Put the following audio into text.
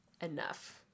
enough